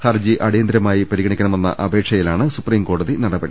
ഹർജി അടിയന്ത രമായി പരിഗണിക്കണമെന്ന അപേക്ഷയിലാണ് സൂപ്രീംകോടതിയുടെ നടപടി